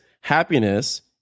happiness